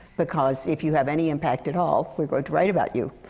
because if you have any impact at all, we're going to write about you.